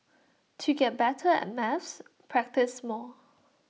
to get better at maths practise more